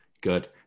Good